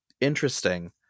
interesting